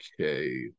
Okay